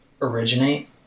originate